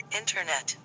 internet